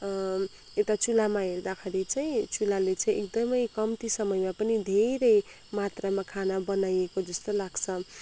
उता चुलामा हेर्दाखेरि चै चुलाले चाहिँ एकदमै कम्ती समयमा पनि धेरै मात्रामा खाना बनाइएको जस्तो लाग्छ